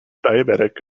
diabetic